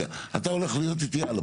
הייתי איתך